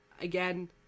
again